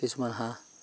কিছুমান হাঁহ